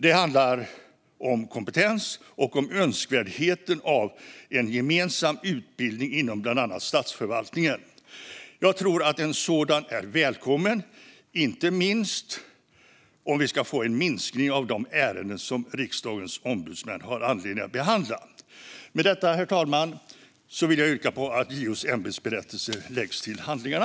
Det handlar om kompetens och om önskvärdheten i en gemensam utbildning inom bland annat statsförvaltningen. Jag tror att en sådan är välkommen, inte minst om vi ska få en minskning av de ärenden som Riksdagens ombudsmän har anledning att behandla. Med detta, herr talman, yrkar jag på att lägga JO:s ämbetsberättelse till handlingarna.